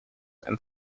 and